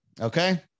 okay